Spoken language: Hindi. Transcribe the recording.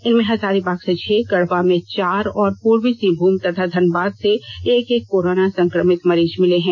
इनमें हजारीबाग से छह गढ़वा में चार और पूर्वी सिंहभूम तथा धनबाद से एक एक कोरोना संक्रमित मरीज मिले हैं